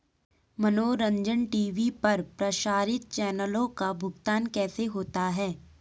मनोरंजन टी.वी पर प्रसारित चैनलों का भुगतान कैसे होता है?